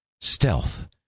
Stealth